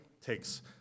takes